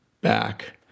back